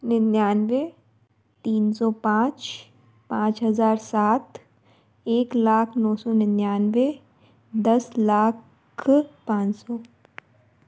निन्यानबे तीन सौ पाँच पाँच हजार सात एक लाख नौ सो निन्यानबे दस लाख पाँच सौ